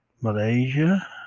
Malaysia